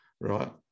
right